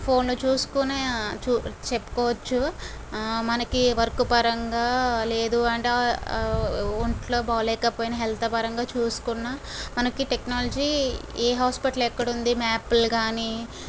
phone చూసుకొనే చెప్పుకొచ్చు ఆ మనకి వర్క్ పరంగా లేదు అంటే ఆ ఒంట్లో బాగ లేకపోయిన హెల్త్ పరంగా చూసుకున్న మనకి టెక్నాలజీ ఎ హాస్పిటల్ ఎక్కడ ఉంది మ్యాప్ లు గాని